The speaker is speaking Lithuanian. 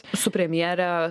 su premjere